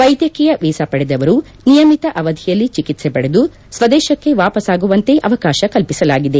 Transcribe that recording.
ವೈದ್ಯಕೀಯ ವೀಸಾ ಪಡೆದವರು ನಿಯಮಿತ ಅವಧಿಯಲ್ಲಿ ಚಿಕಿತ್ಸೆ ಪಡೆದು ಸ್ವದೇಶಕ್ಕೆ ವಾಪಾಸಾಗುವಂತೆ ಅವಕಾಶ ಕಲ್ಪಿಸಲಾಗಿದೆ